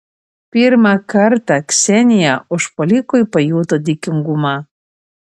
pirmą kartą ksenija užpuolikui pajuto dėkingumą